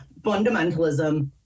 fundamentalism